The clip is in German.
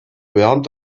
während